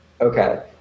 Okay